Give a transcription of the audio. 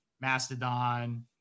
Mastodon